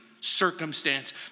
circumstance